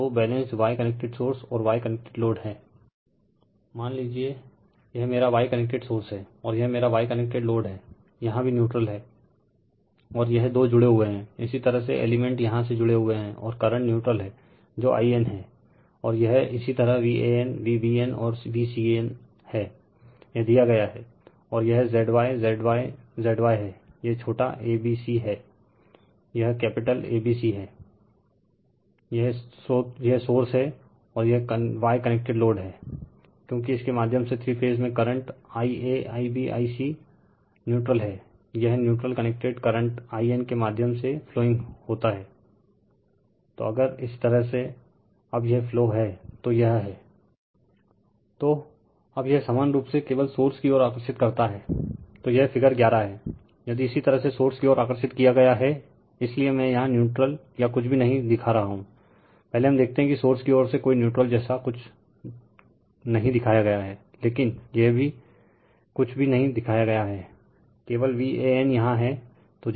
तो balanced Y connected source और Y connected load हैं Refer Slide Time 2048 मान लीजिये यह मेरा Y कनेक्टेड सोर्स हैl और यह मेरा Y कनेक्टेड लोड हैl यहाँ भी न्यूट्रल हैl और यह दो जुड़े हुए हैंl इसी तरह से एलिमेंट यहाँ से जुड़े हुए है ओर करंट न्यूट्रल हैं जो In हैl और यह इसी तरह Van Vbn और Vcn हैl यह दिया गया हैl और यह ZY ZY ZY हैंl यह छोटा abc हैं यह कैपिटल ABC हैंl यह सोर्स हैl और यह Y कनेक्टेड लोड हैl क्योकि इसके माध्यम से थ्री फेज में करंट IaIbIc न्यूट्रल हैं यह refer time 2125 neutral connected current In के माध्यम से फ्लोइंग होता हैंl तो अगर इसी तरह अब यह फ्लो हैंl तो यह हैं l Refer Slide Time 2140 तो अब यह समान रूप से केवल सोर्स की ओर आकर्षित करता हैं तो यह फिगर 11 हैं l यदि इसी तरह से सोर्स कि ओर आकर्षित किया गया हैं इसीलिए में यहाँ न्यूट्रल या कुछ भी नही दिखा रहा हूl पहले हम देखते हैं कि सोर्स की ओर से कोई न्यूट्रल जेसा कुछ नहीं दिखाया गया है लेकिन यह कि कुछ भी नही दिखाया गया हैं केवल Van यहाँ है